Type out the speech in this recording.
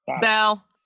bell